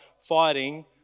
fighting